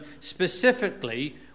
specifically